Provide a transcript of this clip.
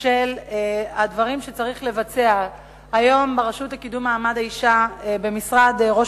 של כל הדברים שצריך לבצע היום ברשות לקידום מעמד האשה במשרד ראש